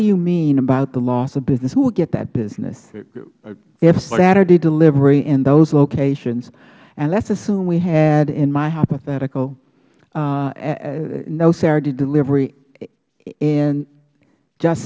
do you mean about the loss of business who will get that business if saturday delivery in those locations and let's assume we had in my hypothetical no saturday delivery in just